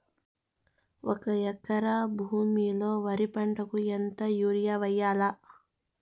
ఒక ఎకరా భూమిలో వరి పంటకు ఎంత యూరియ వేయల్లా?